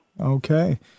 Okay